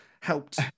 helped